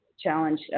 challenge